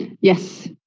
Yes